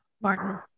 Martin